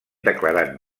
declarat